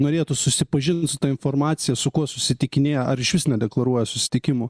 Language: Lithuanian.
norėtų susipažint su ta informacija su kuo susitikinėja ar išvis nedeklaruoja susitikimų